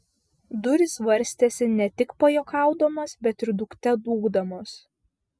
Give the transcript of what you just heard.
durys varstėsi ne tik pajuokaudamos bet ir dūkte dūkdamos